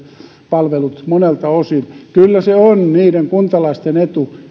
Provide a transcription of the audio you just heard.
palvelut monelta osin kyllä se on niiden kuntalaisten etu